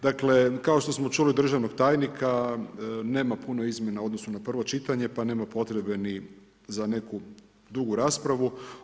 Dakle kao što smo čuli od državnog tajnika nema puno izmjena u odnosu na prvo čitanje pa nema potrebe ni za neku dugu raspravu.